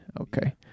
okay